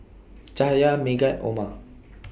Cahaya Megat Omar